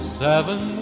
seven